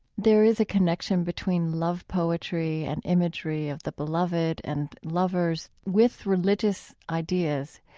there is a connection between love poetry and imagery of the beloved and lovers with religious ideas,